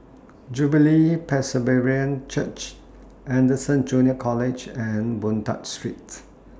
Jubilee Presbyterian Church Anderson Junior College and Boon Tat Streets